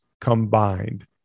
combined